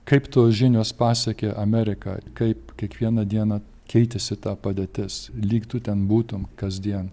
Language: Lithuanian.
kaip tos žinios pasiekė ameriką kaip kiekvieną dieną keitėsi ta padėtis lyg tu ten būtum kasdien